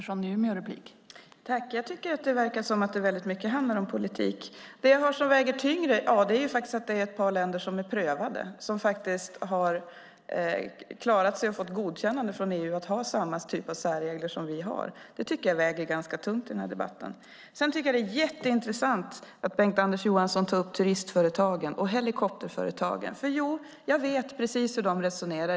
Fru talman! Jag tycker att det verkar som att det väldigt mycket handlar om politik. Det jag har som väger tyngre är att det är ett par länder som faktiskt är prövade och som har klarat sig. De har fått godkännande från EU att ha samma typ av särregler som vi har. Det tycker jag väger ganska tungt i denna debatt. Sedan tycker jag att det är jätteintressant att Bengt-Anders Johansson tar upp turismföretagen och helikopterföretagen. Jag vet nämligen precis hur de resonerar.